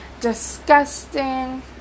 disgusting